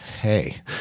Hey